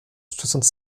soixante